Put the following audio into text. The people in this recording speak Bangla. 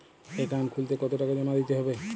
অ্যাকাউন্ট খুলতে কতো টাকা জমা দিতে হবে?